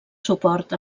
suport